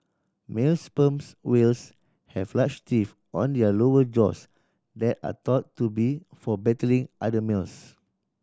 male sperms whales have large teeth on their lower jaws that are thought to be for battling other males